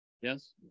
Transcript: Yes